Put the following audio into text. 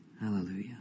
Hallelujah